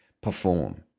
perform